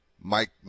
Mike